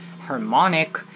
harmonic